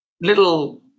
little